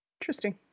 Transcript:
Interesting